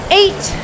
eight